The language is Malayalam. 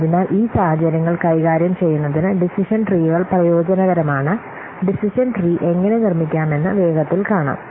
അതിനാൽ ഈ സാഹചര്യങ്ങൾ കൈകാര്യം ചെയ്യുന്നതിന് ഡിസിഷൻ ട്രീകൾ പ്രയോജനകരമാണ് ഡിസിഷൻ ട്രീ എങ്ങനെ നിർമ്മിക്കാമെന്ന് വേഗത്തിൽ കാണാം